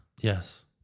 Yes